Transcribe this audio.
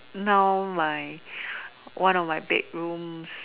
now my one of my bedrooms